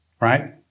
Right